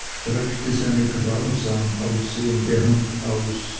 streckte seine grausam aussehende hand aus